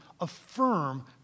Affirm